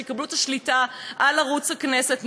שיקבלו את השליטה על ערוץ הכנסת,